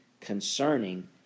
concerning